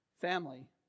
family